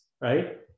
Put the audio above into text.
right